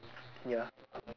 ya